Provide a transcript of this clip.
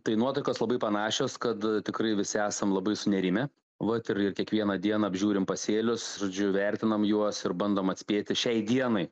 tai nuotaikos labai panašios kad tikrai visi esam labai sunerimę vat ir ir kiekvieną dieną apžiūrim pasėlius žodžiu vertinam juos ir bandom atspėti šiai dienai